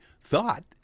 thought